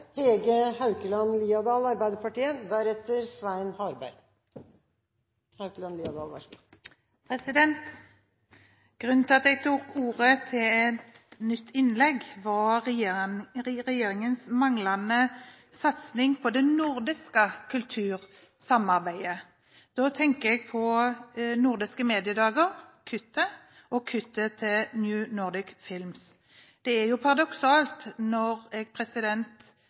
Grunnen til at jeg tok ordet til et nytt innlegg, var regjeringens manglende satsing på det nordiske kultursamarbeidet. Da tenker jeg på kuttet til Nordiske Mediedager og kuttet til New Nordic Films. Det er paradoksalt å høre representanten Stensland gå på talerstolen og være glad for at Kristelig Folkeparti og Venstre har reversert kuttet til sin egen regjering. Jeg